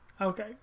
Okay